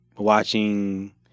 watching